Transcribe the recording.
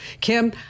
Kim